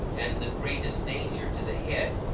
and the greatest danger to the head,